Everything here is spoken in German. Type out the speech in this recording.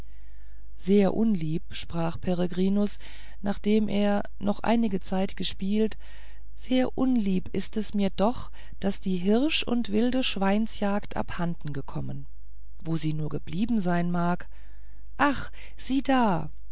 sehr unlieb sprach peregrinus nachdem er noch einige zeit gespielt sehr unlieb ist es mir doch daß die hirsch und wilde schweinsjagd abhanden gekommen wo sie nur geblieben sein mag ach sieh da